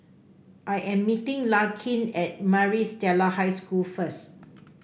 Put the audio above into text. I am meeting Larkin at Maris Stella High School first